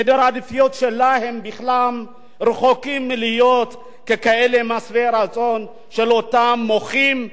סדר העדיפויות שלה בכלל רחוק מלהיות משביע רצון לאותם מוחים,